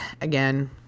again